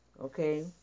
Okay